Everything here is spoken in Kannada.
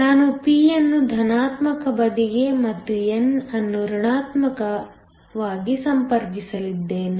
ನಾನು p ಅನ್ನು ಧನಾತ್ಮಕ ಬದಿಗೆ ಮತ್ತು n ಅನ್ನು ಋಣಾತ್ಮಕವಾಗಿ ಸಂಪರ್ಕಿಸಲಿದ್ದೇನೆ